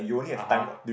(uh huh)